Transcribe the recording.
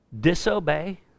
disobey